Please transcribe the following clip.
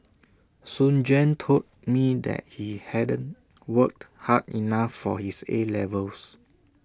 Soon Juan told me that he hadn't worked hard enough for his A levels